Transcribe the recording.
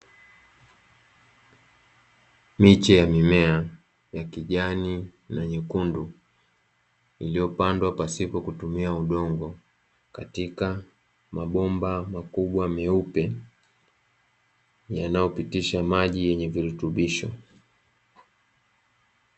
Miche ya mimea ya kijani na nyekundu, iliyopandwa pasipo kutumia udongo katika mabomba makubwa meupe yanayopitisha maji yenye virutubisho.